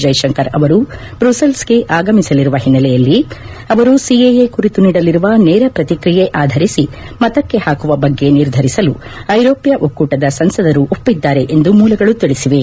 ಜೈಶಂಕರ್ ಅವರು ಬ್ರುಸಲ್ಸ್ಗೆ ಆಗಮಿಸಲಿರುವ ಹಿನ್ನೆಲೆಯಲ್ಲಿ ಅವರು ಸಿಎಎ ಕುರಿತು ನೀಡಲಿರುವ ನೇರ ಪ್ರತಿಕ್ರಿಯೆ ಆಧರಿಸಿ ಮತಕ್ಕೆ ಹಾಕುವ ಬಗ್ಗೆ ನಿರ್ಧರಿಸಲು ಐರೋಪ್ಯ ಒಕ್ಕೂಟದ ಸಂಸದರು ಒಪ್ಪಿದ್ದಾರೆ ಎಂದು ಮೂಲಗಳು ತಿಳಿಸಿವೆ